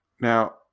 Now